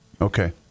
Okay